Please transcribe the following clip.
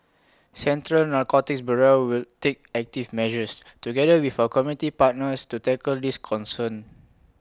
central narcotics bureau will take active measures together with our community partners to tackle this concern